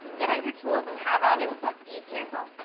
get out your tools and have at it, but be careful.